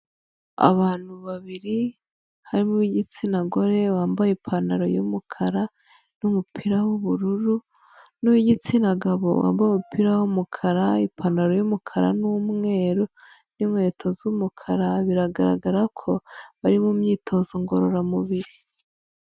Abantu babiri harimo uw'igitsina gore wambaye ipantaro y'umukara, n'umupira w'ubururu, n'uw'igitsina gabo wambaye umupira w'umukara, ipantaro y'umukara n'umweru, n'inkweto z'umukara, biragaragara ko bari mu myitozo ngororamubiri.